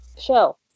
show